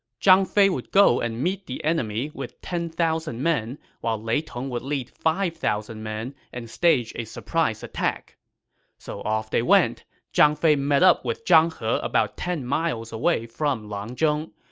zhang fei would go and meet the enemy with ten thousand men, while lei tong would lead five thousand troops and stage a surprise attack so off they went. zhang fei met up with zhang he about ten miles away from langzhong.